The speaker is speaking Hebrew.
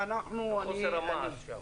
על חוסר המעש שם.